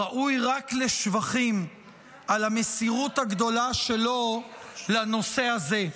ראוי רק לשבחים על המסירות הגדולה שלו לנושא הזה.